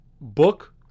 book